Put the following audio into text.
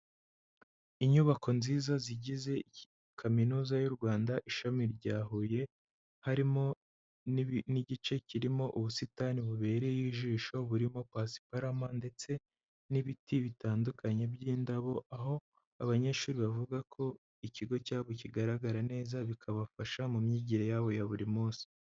Inyubako nziza zigize kaminuza y'u Rwanda, ishami rya Huye, harimo n'igice kirimo ubusitani bubereye ijisho, burimo pasiparama ndetse n'ibiti bitandukanye by'indabo, aho abanyeshuri bavuga ko ikigo cyabo kigaragara neza, bikabafasha mu myigire yabo ya buri munsi.